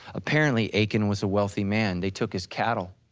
apparently achan was a wealthy man, they took his cattle,